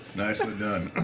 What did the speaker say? nicely done.